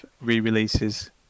re-releases